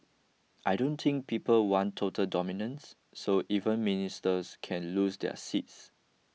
I don't think people want total dominance so even Ministers can lose their seats